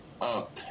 up